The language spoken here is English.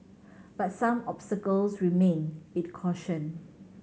but some obstacles remain it cautioned